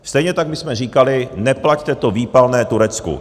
Stejně tak my jsme říkali: neplaťte to výpalné Turecku.